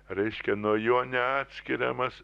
reiškia nuo jo neatskiriamas